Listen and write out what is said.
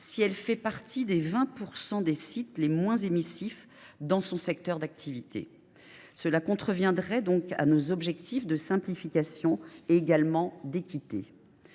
sites font partie des 20 % les moins émissifs dans son secteur d’activité. Voilà qui contreviendrait donc à nos objectifs de simplification, mais également d’équité.